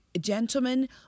gentlemen